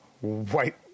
white